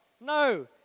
No